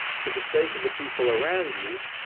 for the sake of the people around you,